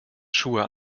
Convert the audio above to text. schuhe